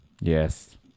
Yes